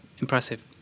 impressive